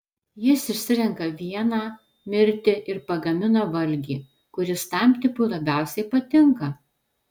jis išsirenka vieną mirti ir pagamina valgį kuris tam tipui labiausiai patinka